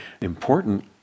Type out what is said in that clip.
important